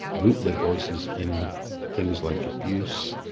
root their voices in things like abuse,